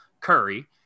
Curry